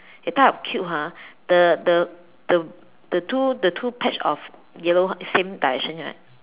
that type of cube ha the the the the two the two patch of yellow is same direction right